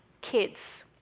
kids